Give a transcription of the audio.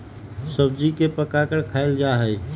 सब्जी के पकाकर खायल जा हई